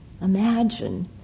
Imagine